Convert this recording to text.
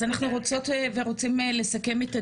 אז אנחנו רוצות ורוצים לסכם את הדיון.